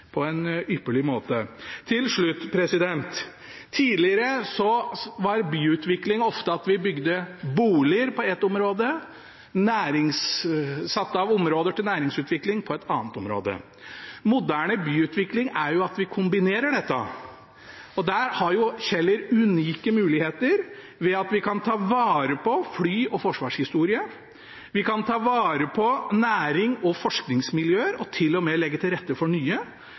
på en ypperlig måte. Til slutt: Tidligere var byutvikling ofte det at vi bygde boliger på ett område og satte av plass til næringsutvikling på et annet område. Moderne byutvikling er at vi kombinerer dette. Og der har Kjeller unike muligheter ved at vi kan ta vare på fly- og forsvarshistorie, vi kan ta vare på nærings- og forskningsmiljøer og til og med legge til rette for nye,